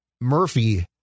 Murphy